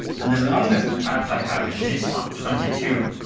and the longest path i have is this one, twenty two,